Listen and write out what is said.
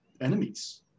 enemies